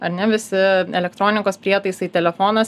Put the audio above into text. ar ne visi elektronikos prietaisai telefonas